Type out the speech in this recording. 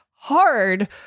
Hard